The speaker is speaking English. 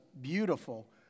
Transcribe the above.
beautiful